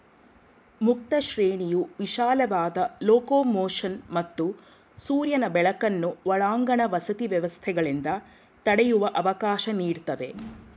ಮುಕ್ತ ಶ್ರೇಣಿಯು ವಿಶಾಲವಾದ ಲೊಕೊಮೊಷನ್ ಮತ್ತು ಸೂರ್ಯನ ಬೆಳಕನ್ನು ಒಳಾಂಗಣ ವಸತಿ ವ್ಯವಸ್ಥೆಗಳಿಂದ ತಡೆಯುವ ಅವಕಾಶ ನೀಡ್ತವೆ